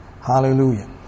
hallelujah